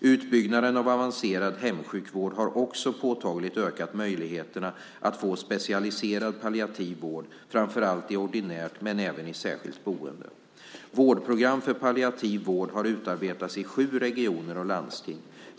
Utbyggnaden av avancerad hemsjukvård har också påtagligt ökat möjligheterna att få specialiserad palliativ vård, framför allt i ordinärt men även i särskilt boende. Vårdprogram för palliativ vård har utarbetats i sju regioner och landsting.